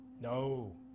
No